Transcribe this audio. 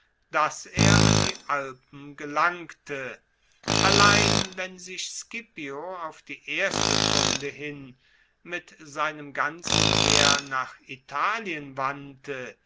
dass er an die alpen gelangte allein wenn sich scipio auf die erste kunde hin mit seinem ganzen heer nach italien wandte